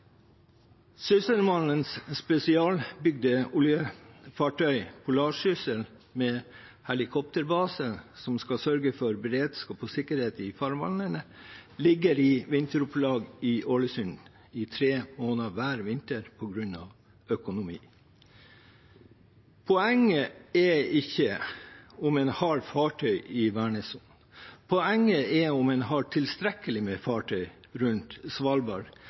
Sysselmannens spesialbygde oljefartøy, «Polarsyssel», med helikopterbase som skal sørge for beredskap og sikkerhet i farvannene, ligger i vinteropplag i Ålesund i tre måneder hver vinter på grunn av økonomi. Poenget er ikke om en har fartøy i vernesonen. Poenget er om en har tilstrekkelig med fartøy rundt Svalbard